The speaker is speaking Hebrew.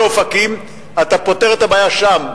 ובאופקים אתה פותר את הבעיה שם.